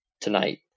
tonight